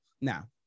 now